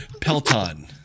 Pelton